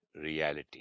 Reality